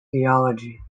theology